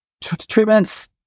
treatments